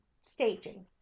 staging